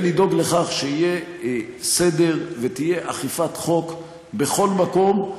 ולדאוג לכך שיהיה סדר ותהיה אכיפת חוק בכל מקום.